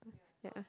yeah